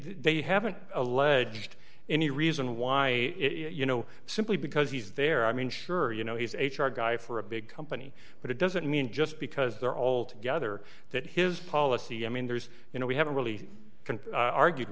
they haven't alleged any reason why you know simply because he's there i mean sure you know he's a hard guy for a big company but it doesn't mean just because they're all together that his policy i mean there's you know we haven't really can argue